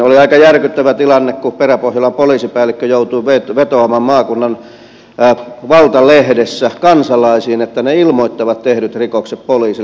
oli aika järkyttävä tilanne kun peräpohjolan poliisipäällikkö joutui vetoamaan maakunnan valtalehdessä kansalaisiin että he ilmoittavat tehdyt rikokset poliisille